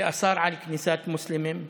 שאסר כניסת מוסלמים,